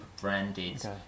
branded